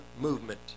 movement